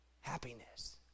Happiness